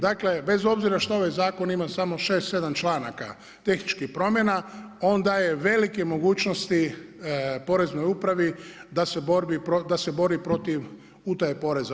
Dakle bez obzira što ovaj zakon ima samo 6, 7 članaka, tehničkih promjena, on daje velike mogućnosti poreznoj upravi da se bori protiv utaje poreza.